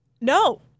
No